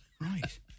Right